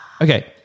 Okay